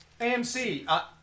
AMC